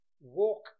walk